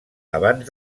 abans